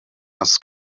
das